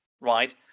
right